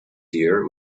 year